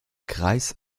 kreis